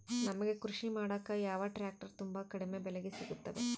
ನಮಗೆ ಕೃಷಿ ಮಾಡಾಕ ಯಾವ ಟ್ರ್ಯಾಕ್ಟರ್ ತುಂಬಾ ಕಡಿಮೆ ಬೆಲೆಗೆ ಸಿಗುತ್ತವೆ?